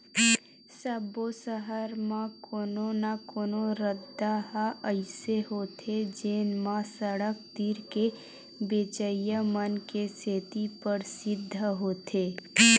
सब्बो सहर म कोनो न कोनो रद्दा ह अइसे होथे जेन म सड़क तीर के बेचइया मन के सेती परसिद्ध होथे